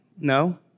No